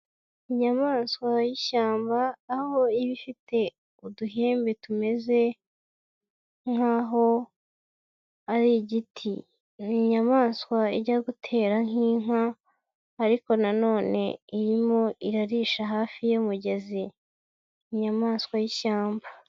Inyamaswa y'ishyamba, aho iba ifite uduhembe tumeze nk'aho ari igiti. Ni inyamaswa ijya gutera nk'inka ariko na none irimo irarisha hafi y'umugezi. Inyamaswa y'ishyamba.